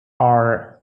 are